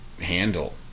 handle